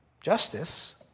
justice